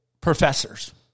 professors